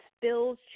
Bills